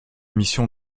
mission